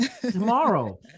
tomorrow